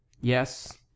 yes